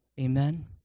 Amen